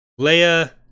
Leia